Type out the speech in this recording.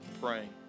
praying